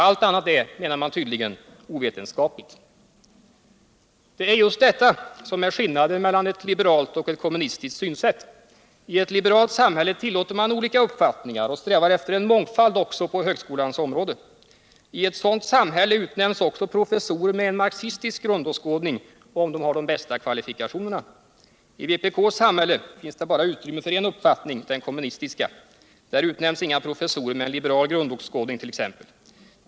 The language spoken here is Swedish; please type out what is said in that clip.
Allt annat, menar man, är ovetenskapligt. Just detta är skillnaden mellan ett liberalt och ett kommunistiskt synsätt. I ett liberalt samhälle tillåter man olika uppfattningar och strävar efter en mångfald också inom högskolans område. I ett sådant samhälle utnämns också professorer med en marxistisk grundåskådning, om de har de bästa kvalifikationerna. I vpk:s samhälle finns det bara utrymme för en uppfattning: den kommunistiska. Där utnämns inga professorer med en liberal grundåskådning.